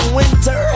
winter